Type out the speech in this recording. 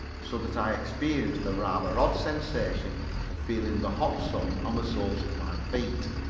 so that i experienced the rather odd sensation of feeling the hot sun on the soles of my feet.